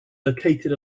located